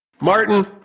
Martin